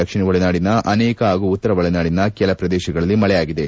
ದಕ್ಷಿಣ ಒಳನಾಡಿನ ಅನೇಕ ಹಾಗೂ ಉತ್ತರ ಒಳನಾಡಿನ ಕೆಲ ಪ್ರದೇಶಗಳಲ್ಲಿ ಮಳೆಯಾಗಿದೆ